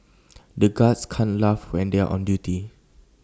the guards can't laugh when they are on duty